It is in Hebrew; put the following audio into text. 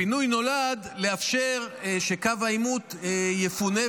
הפינוי נולד כדי לאפשר את זה שקו העימות יפונה,